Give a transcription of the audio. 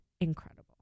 incredible